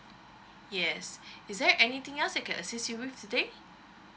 yes is there anything else I can assist you with today